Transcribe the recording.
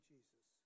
Jesus